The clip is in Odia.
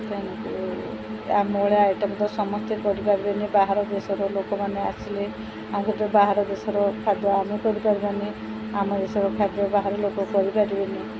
ଆମ ଭଳିଆ ଆଇଟମ୍ ତ ସମସ୍ତେ କରିପାରିବେନି ବାହାର ଦେଶର ଲୋକମାନେ ଆସିଲେ ଆମେ ବାହାର ଦେଶର ଖାଦ୍ୟ ଆମେ କରିପାରିବେନି ଆମ ଦେଶର ଖାଦ୍ୟ ବାହାର ଲୋକ କରିପାରିବେନି